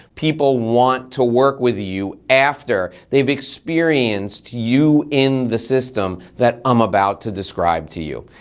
people want to work with you after they've experienced you in the system that i'm about to describe to you.